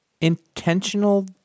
intentional